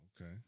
Okay